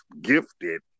gifted